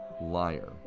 Liar